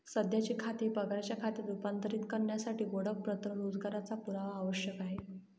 सध्याचे खाते पगाराच्या खात्यात रूपांतरित करण्यासाठी ओळखपत्र रोजगाराचा पुरावा आवश्यक आहे